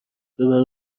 ببره